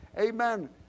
Amen